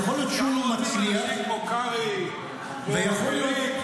אנחנו רוצים אנשים כמו קרעי ואחרים,